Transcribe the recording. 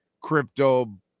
crypto